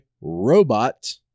robot